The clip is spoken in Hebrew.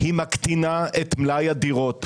היא מקטינה את מלאי הדירות.